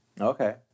Okay